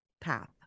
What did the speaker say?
path